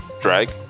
drag